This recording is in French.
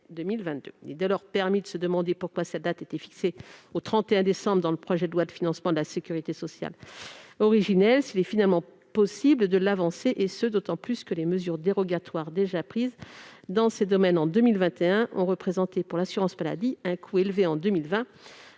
Il est dès lors permis de se demander pourquoi cette date était fixée au 31 décembre dans le PLFSS originel s'il est finalement possible de l'avancer et ce, d'autant plus que les mesures dérogatoires déjà prises dans ces domaines en 2021 ont représenté pour l'assurance maladie un coût élevé en 2020-